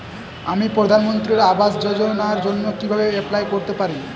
আমি প্রধানমন্ত্রী আবাস যোজনার জন্য কিভাবে এপ্লাই করতে পারি?